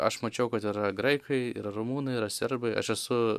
aš mačiau kad yra graikai yra rumunai yra serbai aš esu